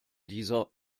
dieser